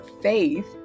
faith